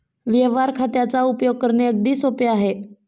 व्यवहार खात्याचा उपयोग करणे अगदी सोपे आहे